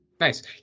Nice